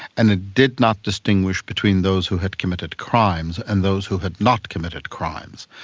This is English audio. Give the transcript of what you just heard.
and it did not distinguish between those who had committed crimes and those who had not committed crimes.